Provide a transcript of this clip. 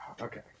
Okay